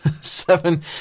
seven